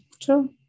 True